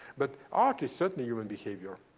but art is certainly human behavior.